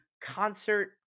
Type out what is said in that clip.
concert